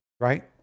Right